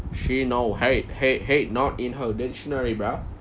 she no hate hate hate not in her dictionary bro